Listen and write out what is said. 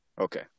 Okay